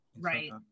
right